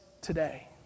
today